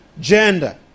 gender